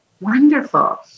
wonderful